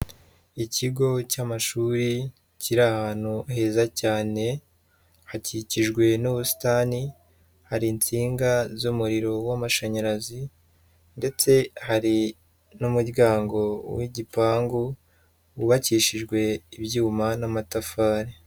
Ikigo cy'amashuri kiri ahantu heza cyane, hakikijwe n'ubusitani, hari insinga z'umuriro w'amashanyarazi ndetse hari n'umuryango w'igipangu wubakishijwe ibyuma n'amatafari.